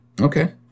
Okay